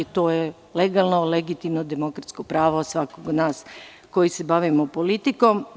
To je legalno, legitimno, demokratsko pravo svakoga od nas koji se bavimo politikom.